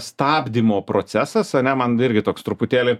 stabdymo procesas ane man irgi toks truputėlį